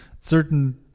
certain